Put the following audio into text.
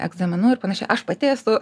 egzaminų ir panašiai aš pati esu